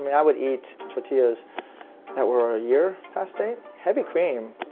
mean, i would eat tortillas that were a year past date. heavy cream,